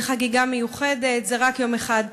זו חגיגה מיוחדת וזה רק יום אחד.